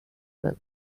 men